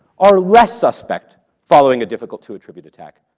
are less suspect following a difficult to attribute attack,